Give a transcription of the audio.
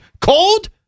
cold